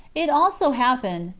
it also happened,